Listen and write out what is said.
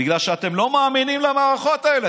בגלל שאתם לא מאמינים למערכות האלה.